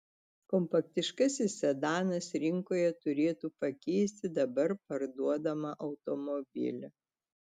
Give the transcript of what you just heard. kompaktiškasis sedanas rinkoje turėtų pakeisti dabar parduodamą automobilį